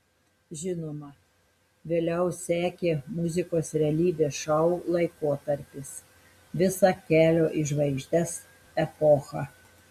žinoma vėliau sekė muzikos realybės šou laikotarpis visa kelio į žvaigždes epocha